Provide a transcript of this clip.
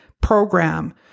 program